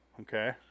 Okay